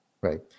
right